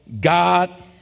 God